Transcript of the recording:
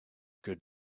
good